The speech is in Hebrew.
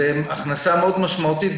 זה הכנסה משמעותית מאוד,